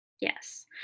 Yes